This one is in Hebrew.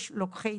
נכון.